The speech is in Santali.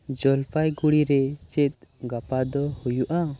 ᱡᱚᱞᱯᱟᱭᱜᱩᱲᱤ ᱨᱮ ᱪᱮᱫ ᱜᱟᱯᱟ ᱫᱚ ᱦᱳᱭᱳᱜᱼᱟ